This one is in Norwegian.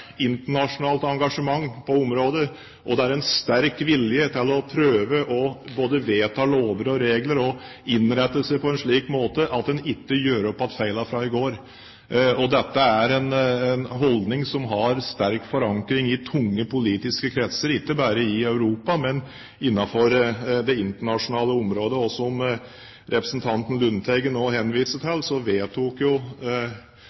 internasjonalt engasjement på området, og det er en sterk vilje til å prøve å vedta lover og regler og innrette seg på en slik måte at en ikke gjør om igjen feilene fra i går. Dette er en holdning som har sterk forankring i tunge politiske kretser, ikke bare i Europa, men innenfor det internasjonale området. Og som representanten Lundteigen nå henviste til, vedtok jo